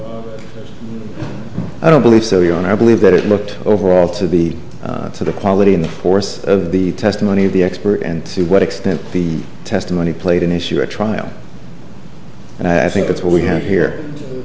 yes i don't believe so you know and i believe that it looked overall to the to the quality in the force of the testimony of the expert and to what extent the testimony played an issue at trial and i think that's what we have here